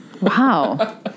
Wow